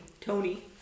Tony